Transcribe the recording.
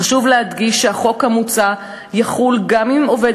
חשוב להדגיש שהחוק המוצע יחול גם אם עובד